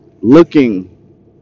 looking